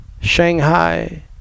Shanghai